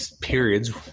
periods